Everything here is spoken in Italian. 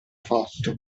fatto